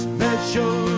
Special